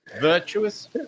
virtuous